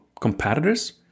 competitors